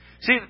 See